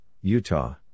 Utah